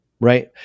right